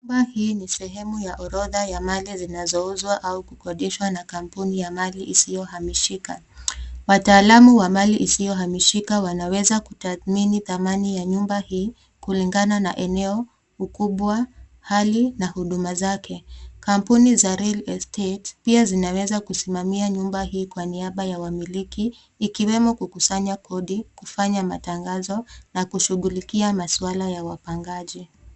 Hii ni sehemu ya orodha ya mali zinazouzwa au kukodishwa na kampuni ya mali isiyohamishika. Wataalamu wa mali isiyohamishika wanaweza kutadhmini thamani ya nyumba hii kulingana na eneo, ukubwa, hali, na huduma zake. Kampuni za real estate pia zinaweza kusimamia nyumba hii kwa niaba ya wamiliki, ikiwemo kukusanya kodi, kufanya matangazo, na kushugulikia maswala ya wapangaji.